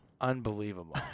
Unbelievable